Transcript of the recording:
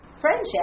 Friendship